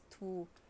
to